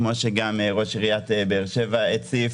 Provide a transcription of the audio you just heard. כפי שגם ראש עיריית באר שבע הציף.